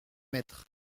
mettre